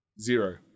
Zero